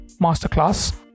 masterclass